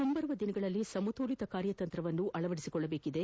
ಮುಂಬರುವ ದಿನಗಳಲ್ಲಿ ಸಮತೋಲಿತ ಕಾರ್ಯತಂತ್ರವನ್ನು ಅಳವಡಿಸಿಕೊಳ್ಳಬೇಕಿದೆ